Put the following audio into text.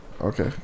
Okay